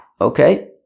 Okay